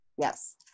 Yes